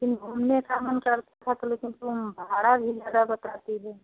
लेकिन घूमने का मन करता लेकिन तुम भाड़ा भी ज़्यादा बताती हो